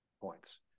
points